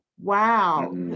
Wow